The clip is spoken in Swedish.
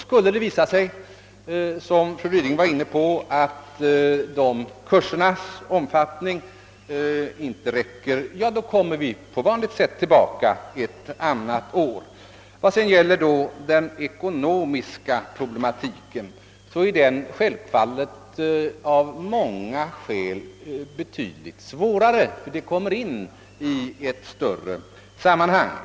Skulle det visa sig att — fru Ryding var inne på den saken — kursernas omfatt ning är otillräcklig, kommer vi på vanligt sätt tillbaka ett annat år. De ekonomiska problemen är självfallet av många skäl betydligt svårare, ty de kommer in i ett större sammanhang.